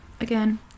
again